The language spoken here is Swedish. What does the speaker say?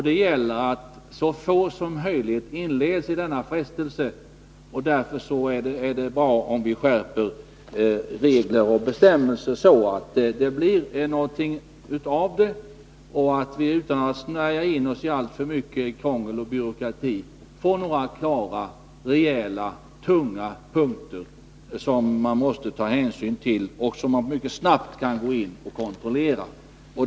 Det gäller att så få som möjligt inleds i denna frestelse. Därför är det bra om vi skärper regler och bestämmelser, så att det blir på detta sätt och att vi utan att snärja in oss i alltför mycket krångel och byråkrati får några klara och rejäla punkter som man måste ta hänsyn till och där vi mycket snabbt kan gå in och göra en kontroll.